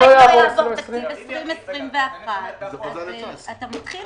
אבל עדיין לא עובר תקציב 2021. מתחילים